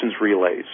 relays